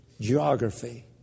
geography